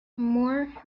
moore